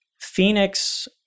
Phoenix